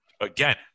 again